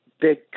big